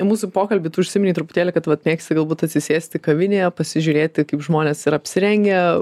mūsų pokalby tu užsiminei truputėlį kad vat mėgsi galbūt atsisėsti kavinėje pasižiūrėti kaip žmonės yra apsirengę